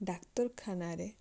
ଡାକ୍ତରଖାନାରେ